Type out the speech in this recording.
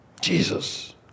Jesus